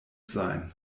sein